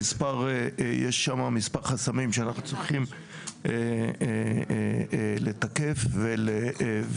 יש בו מספר חסמים שאנחנו צריכים לתקף ולפתור.